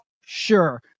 sure